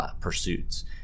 pursuits